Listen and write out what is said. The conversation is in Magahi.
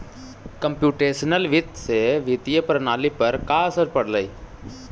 कंप्युटेशनल वित्त से वित्तीय प्रणाली पर का असर पड़लइ